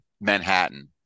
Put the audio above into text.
Manhattan